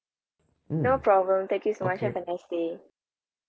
no problem thank you so much have a nice day